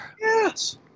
Yes